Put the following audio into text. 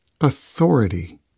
authority